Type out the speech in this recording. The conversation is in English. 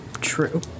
true